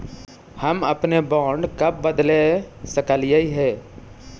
हम अपने बॉन्ड कब बदले सकलियई हे